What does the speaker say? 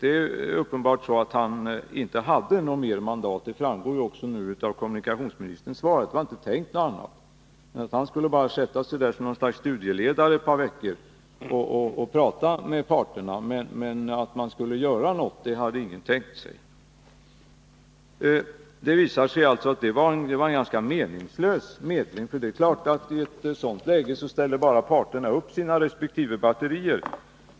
Det är uppenbarligen så att han inte hade något ytterligare mandat — det framgår också av kommunikationsministerns svar. Det var inte tänkt annat än att Kaj Janérus skulle sätta sig ett par veckor och prata med parterna som något slags studieledare. Att man skulle göra någonting hade ingen tänkt sig. Det visar sig alltså att det var en ganska meningslös medling, för i ett sådant läge blir det naturligtvis bara så att parterna ställer upp sina resp. batterier.